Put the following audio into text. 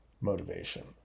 motivation